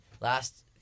Last